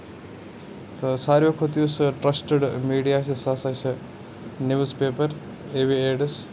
تہٕ ساروی کھۄتہٕ یُس ٹرٛسٹِڈ میٖڈیا یُس ہسا چھُ نِوٕز پیپَر ایوِ ایڈٕس